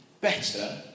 better